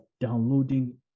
downloading